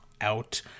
out